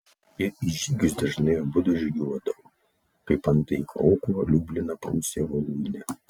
ir į žygius dažnai abudu žygiuodavo kaip antai į krokuvą liubliną prūsiją voluinę